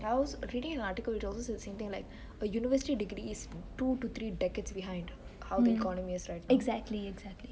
I was reading an article which also same thing like a university degree is two to three decades behind how the economy is starting